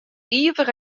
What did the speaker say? ivich